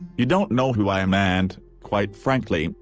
you don't know who i am and, quite frankly,